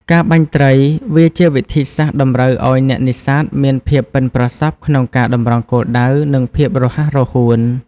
ការបាញ់ត្រី វាជាវិធីសាស្ត្រតម្រូវឲ្យអ្នកនេសាទមានភាពប៉ិនប្រសប់ក្នុងការតម្រង់គោលដៅ និងភាពរហ័សរហួន។